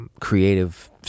creative